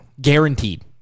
Guaranteed